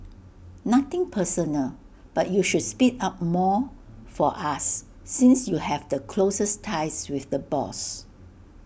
nothing personal but you should speak up more for us since you have the closest ties with the boss